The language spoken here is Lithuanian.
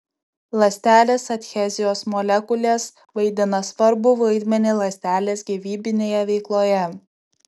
ląstelės adhezijos molekulės vaidina svarbų vaidmenį ląstelės gyvybinėje veikloje